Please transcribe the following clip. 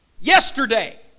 yesterday